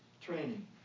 training